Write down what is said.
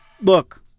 look